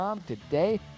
today